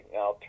now